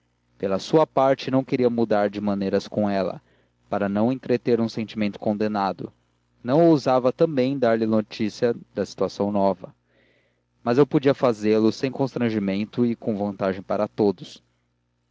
pela sua parte não queria mudar de maneiras com ela para não entreter um sentimento condenado não ousava também dar-lhe notícia da situação nova mas eu podia fazê-lo sem constrangimento e com vantagem para todos